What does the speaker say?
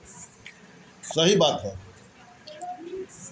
ATM PIN के भी चोरा के पईसा एनेओने कर देत बाड़ऽ सन